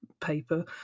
paper